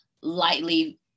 lightly